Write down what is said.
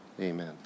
amen